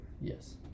Yes